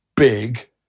big